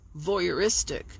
voyeuristic